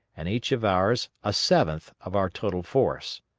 and each of ours a seventh, of our total force.